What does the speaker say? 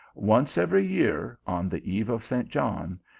once every year, on the eve. of st. john,